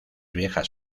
viejas